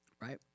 right